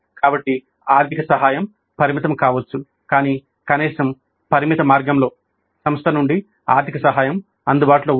కాబట్టి ఆర్థిక సహాయం పరిమితం కావచ్చు కానీ కనీసం పరిమిత మార్గంలో సంస్థ నుండి ఆర్థిక సహాయం అందుబాటులో ఉందా